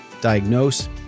diagnose